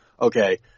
okay